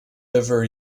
over